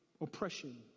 oppression